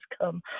come